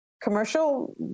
commercial